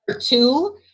two